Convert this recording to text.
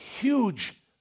huge